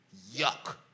Yuck